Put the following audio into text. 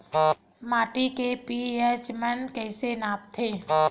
माटी के पी.एच मान कइसे मापथे?